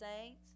saints